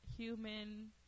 human